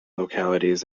localities